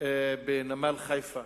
בנמל חיפה